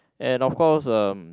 and of course uh